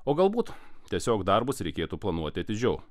o galbūt tiesiog darbus reikėtų planuoti atidžiau